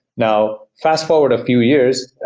now, fast forward a few years,